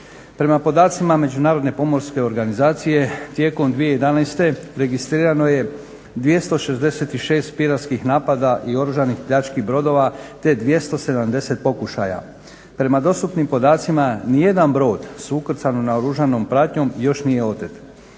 Prema podacima Međunarodne pomorske organizacije tijekom 2011. registrirano je 266 piratskih napada i oružanih pljački brodova te 270 pokušaja. Prema dostupnim podacima nijedan brod s ukrcanom naoružanom pratnjom još nije otet.